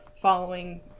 following